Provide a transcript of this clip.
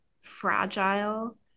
fragile